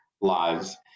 lives